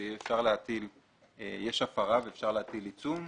כאשר יש הפרה ואפשר להטיל עיצום,